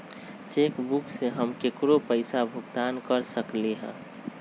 cheque book से हम केकरो पैसा भुगतान कर सकली ह